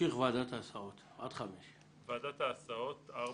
תמשיך לסעיף 4. ועדת הסעות שר